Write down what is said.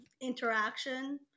interaction